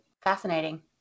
Fascinating